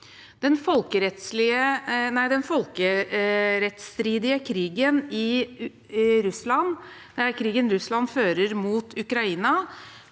Den folkerettsstridige krigen Russland fører mot Ukraina,